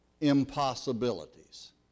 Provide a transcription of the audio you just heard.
impossibilities